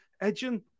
edging